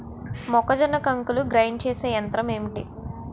మొక్కజొన్న కంకులు గ్రైండ్ చేసే యంత్రం ఏంటి?